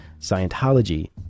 Scientology